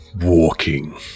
walking